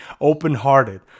open-hearted